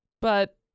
but-